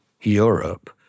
Europe